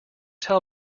tell